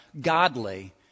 godly